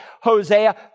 Hosea